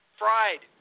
fried